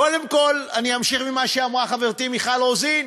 קודם כול, אני אמשיך ממה שאמרה חברתי מיכל רוזין: